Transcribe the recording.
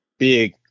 Big